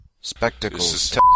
spectacles